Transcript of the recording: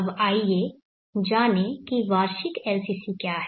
अब आइए जानें कि वार्षिक LCC क्या है